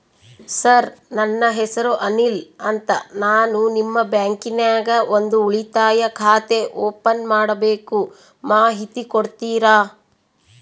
Sir ನನ್ನ ಹೆಸರು ಅನಿಲ್ ಅಂತ ನಾನು ನಿಮ್ಮ ಬ್ಯಾಂಕಿನ್ಯಾಗ ಒಂದು ಉಳಿತಾಯ ಖಾತೆ ಓಪನ್ ಮಾಡಬೇಕು ಮಾಹಿತಿ ಕೊಡ್ತೇರಾ?